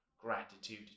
gratitude